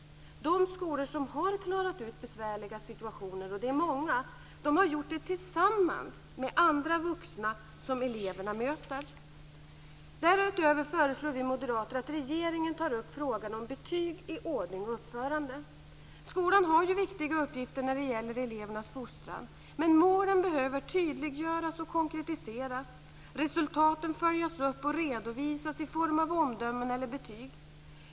De skolor som har klarat ut besvärliga situationer - och det är många - har gjort det tillsammans med andra vuxna som eleverna möter. Därutöver föreslår vi moderater att regeringen tar upp frågan om betyg i ordning och uppförande. Skolan har viktiga uppgifter när det gäller elevernas fostran. Men målen behöver tydliggöras och konkretiseras. Resultaten behöver följas upp och redovisas i form av omdömen eller betyg.